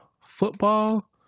football